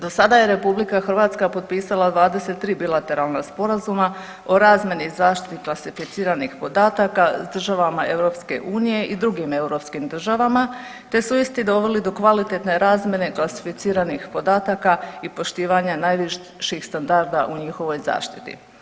Do sada je RH potpisala 23 bilateralna sporazuma o razmjeni i zaštiti klasificiranih podataka državama EU i drugim europskim državama, te su isti doveli do kvalitetne razmjene klasificiranih podataka i poštivanja najviših standarda u njihovoj zaštiti.